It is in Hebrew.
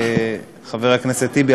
חבר הכנסת טיבי,